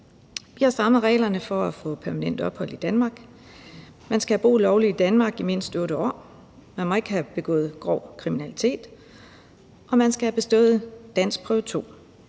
Vi har strammet reglerne for at få permanent ophold i Danmark. Man skal have boet lovligt i Danmark i mindst 8 år, man må ikke have begået grov kriminalitet, og man skal have bestået danskprøve 2.